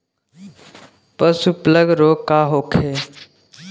पशु प्लग रोग का होखे?